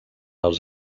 als